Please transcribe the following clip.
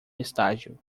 estágio